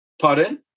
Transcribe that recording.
pardon